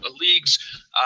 leagues